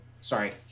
Sorry